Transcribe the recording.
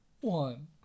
one